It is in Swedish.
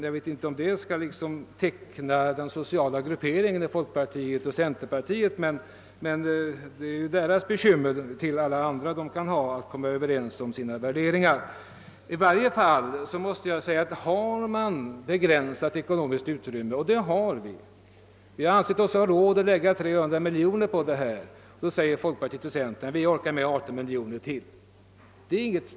Jag vet inte om detta skall teckna en bild av de sociala grupperingarna i folkpartiet och centerpartiet, men det är deras bekymmer förutom alla andra de kan ha när det gäller att komma överens. Vi har emellertid ett begränsat ekonomiskt utrymme. Vi har ansett oss ha råd att lägga ut 300 miljoner kronor på denna reform. Vi orkar med 18 miljoner kronor till, säger centern och folkpartiet.